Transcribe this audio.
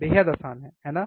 बेहद आसान है है ना